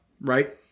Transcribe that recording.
Right